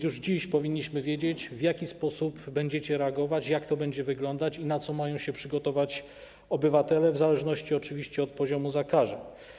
Już dziś powinniśmy wiedzieć, w jaki sposób będziecie reagować, jak to będzie wyglądać i na co mają się przygotować obywatele w zależności od poziomu zakażeń.